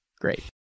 great